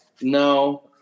No